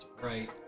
Right